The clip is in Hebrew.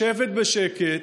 לשבת בשקט,